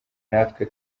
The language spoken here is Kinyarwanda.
natwe